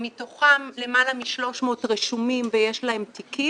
מתוכם למעלה מ-300 רשומים ויש להם תיקים,